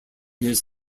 his